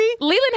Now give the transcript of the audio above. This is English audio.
Leland